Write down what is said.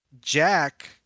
jack